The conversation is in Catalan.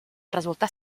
resultar